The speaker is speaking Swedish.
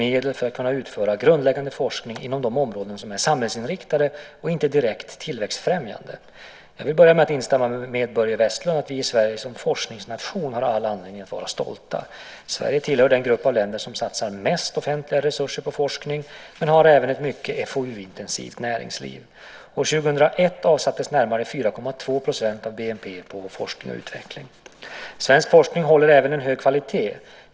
Herr talman! Börje Vestlund har frågat mig hur jag vill ge forskarvärlden incitament och medel för att kunna utföra grundläggande forskning inom de områden som är samhällsinriktade och inte direkt tillväxtfrämjande. Jag vill börja med att instämma med Börje Vestlund att vi i Sverige som forskningsnation har all anledning att vara stolta. Sverige tillhör den grupp av länder som satsar mest offentliga resurser på forskning, men har även ett mycket forsknings och utvecklingsintensivt näringsliv. År 2001 avsattes närmare 4,2 % av BNP på forskning och utveckling. Svensk forskning håller även en hög kvalitet.